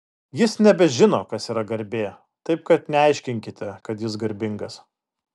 jis nebežino kas yra garbė taip kad neaiškinkite kad jis garbingas